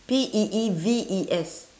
P E E V E S